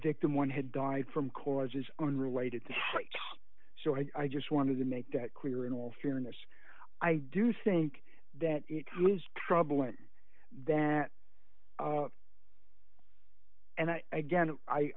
victim one had died from causes unrelated so i just wanted to make that clear in all fairness i do think that it was troubling that and i again